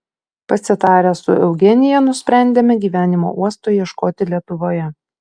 pasitarę su eugenija nusprendėme gyvenimo uosto ieškoti lietuvoje